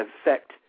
affect